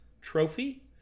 trophy